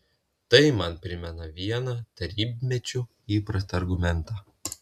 tai man primena vieną tarybmečiu įprastą argumentą